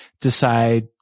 decide